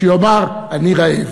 שיאמר: אני רעב.